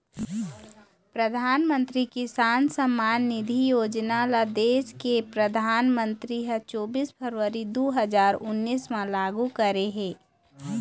परधानमंतरी किसान सम्मान निधि योजना ल देस के परधानमंतरी ह चोबीस फरवरी दू हजार उन्नीस म लागू करे हे